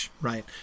right